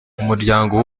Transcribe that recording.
umuryango